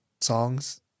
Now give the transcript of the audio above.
songs